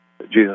Jesus